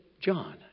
John